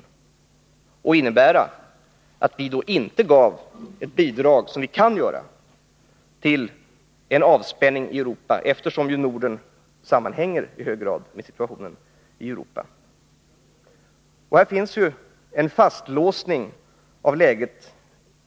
Det skulle innebära att vi inte gav ett bidrag — som vi kan göra — till avspänning i Europa. Norden hör ju i hög grad ihop med det övriga Europa och situationen där. Det finns en fastlåsning av läget